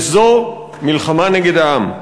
וזו מלחמה נגד העם.